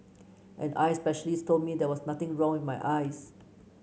an eye specialist told me there was nothing wrong with my eyes